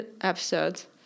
episodes